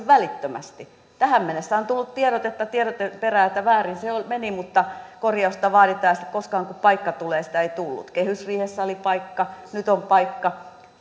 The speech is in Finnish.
välittömästi tähän mennessä on tullut tiedotetta tiedotteen perään että väärin se meni mutta korjausta vaaditaan ja koskaan kun paikka tulee sitä ei tullut kehysriihessä oli paikka nyt on paikka